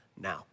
now